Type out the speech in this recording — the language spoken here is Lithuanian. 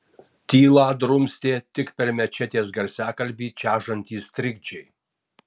tylą drumstė tik per mečetės garsiakalbį čežantys trikdžiai